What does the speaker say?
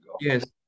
yes